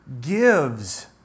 gives